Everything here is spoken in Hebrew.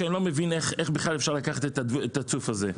שאני לא מבין איך בכלל אפשר לקחת את הצוף הזה.